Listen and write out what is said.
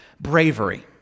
Bravery